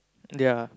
ya